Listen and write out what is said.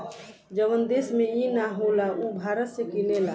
जवन देश में ई ना होला उ भारत से किनेला